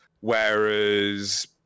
whereas